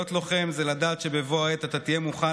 להיות לוחם זה לדעת שבבוא העת אתה תהיה מוכן